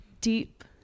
deep